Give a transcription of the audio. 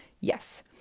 yes